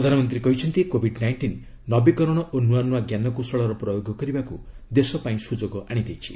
ପ୍ରଧାନମନ୍ତ୍ରୀ କହିଛନ୍ତି covid nineteen ନବୀକରଣ ଓ ନୃଆ ନୂଆ ଞ୍ଜାନକୌଶଳର ପ୍ରୟୋଗ କରିବାକୁ ଦେଶପାଇଁ ସୁଯୋଗ ଆଣିଦେଇଛି